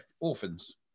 orphans